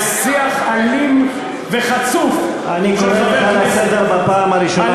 בשיח אלים וחצוף של חבר כנסת.